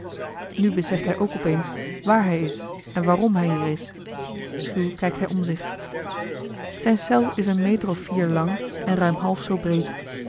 nu beseft hij ook opeens waar hij is en waarom hij hier is schuw kijkt hij om zich zijne cel is een meter of vier lang en ruim half zoo breed